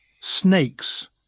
Snakes